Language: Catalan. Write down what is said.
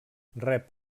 rep